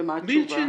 ומה התשובה?